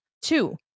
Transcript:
Two